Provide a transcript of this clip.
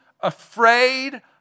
afraid